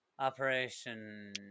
Operation